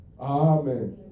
Amen